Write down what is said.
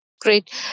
Great